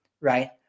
Right